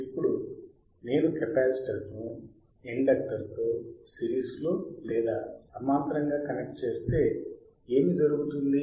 ఇప్పుడు నేను కెపాసిటర్ను ఇండక్టర్తో సిరీస్లో లేదా సమాంతరంగా కనెక్ట్ చేస్తే ఏమి జరుగుతుంది